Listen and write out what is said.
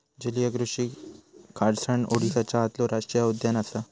जलीय कृषि खारसाण ओडीसाच्या आतलो राष्टीय उद्यान असा